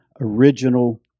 original